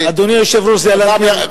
אדוני היושב-ראש, זה על הנייר.